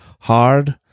hard